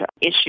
issue